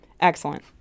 Excellent